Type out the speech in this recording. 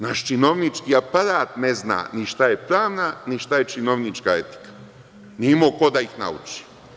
Naš činovnički aparat ne zna ni šta je pravna, ni šta je činovnička etika, nije imao ko da ih nauči.